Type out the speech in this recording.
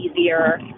easier